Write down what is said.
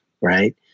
right